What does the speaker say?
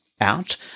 out